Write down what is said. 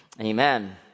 amen